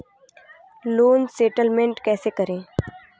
Loan settlement कैसे करें?